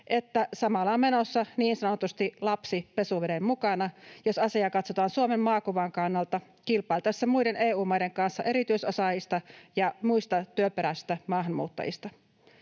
että samalla on menossa niin sanotusti lapsi pesuveden mukana, jos asiaa katsotaan Suomen maakuvan kannalta kilpailtaessa muiden EU-maiden kanssa erityisosaajista ja muista työperäisistä maahanmuuttajista.